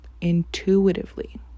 intuitively